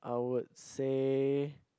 I would say